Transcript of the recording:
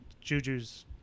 Juju's